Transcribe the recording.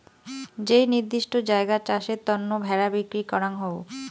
যেই নির্দিষ্ট জায়গাত চাষের তন্ন ভেড়া বিক্রি করাঙ হউ